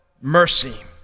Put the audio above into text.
mercy